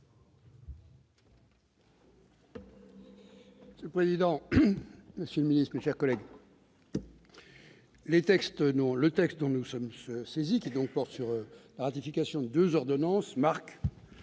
Monsieur le président, monsieur le secrétaire d'État, mes chers collègues, le texte dont nous sommes saisis et qui porte sur la ratification de deux ordonnances marque